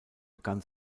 begann